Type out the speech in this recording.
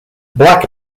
black